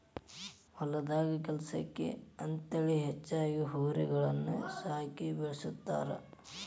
ಹೊಲದಾಗ ಕೆಲ್ಸಕ್ಕ ಅಂತೇಳಿ ಹೆಚ್ಚಾಗಿ ಹೋರಿ ಕರಗಳನ್ನ ಸಾಕಿ ಬೆಳಸ್ತಾರ